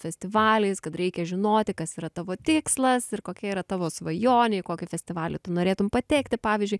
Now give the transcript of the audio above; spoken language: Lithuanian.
festivaliais kad reikia žinoti kas yra tavo tikslas ir kokia yra tavo svajonė į kokį festivalį tu norėtum patekti pavyzdžiui